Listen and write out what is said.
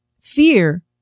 fear